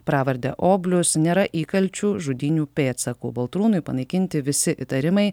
pravarde oblius nėra įkalčių žudynių pėdsakų baltrūnui panaikinti visi įtarimai